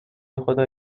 بخدا